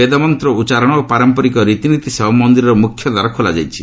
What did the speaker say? ବେଦମନ୍ତ ଉଚ୍ଚାରଣ ଓ ପାରମ୍ପରିକ ରୀତିନୀତି ସହ ମନ୍ଦିରର ମୁଖ୍ୟ ଦ୍ୱାର ଖୋଲାଯାଇଛି